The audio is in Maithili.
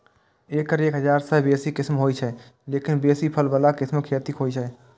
एकर एक हजार सं बेसी किस्म होइ छै, लेकिन बेसी फल बला किस्मक खेती होइ छै